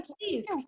please